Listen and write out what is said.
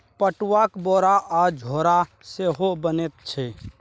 पटुआक बोरा आ झोरा सेहो बनैत छै